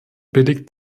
billigt